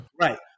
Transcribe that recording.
right